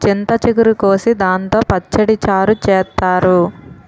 చింత చిగురు కోసి దాంతో పచ్చడి, చారు చేత్తారు